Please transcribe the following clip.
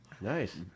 Nice